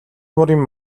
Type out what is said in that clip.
бүрийн